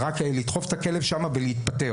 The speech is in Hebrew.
רק לדחוף את הכלב שמה ולהתפטר.